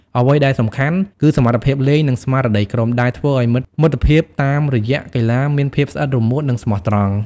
អ្វីដែលសំខាន់ គឺសមត្ថភាពលេង និងស្មារតីក្រុម ដែលធ្វើឱ្យមិត្តភាពតាមរយៈកីឡាមានភាពស្អិតរមួត និងស្មោះត្រង់។